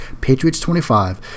PATRIOTS25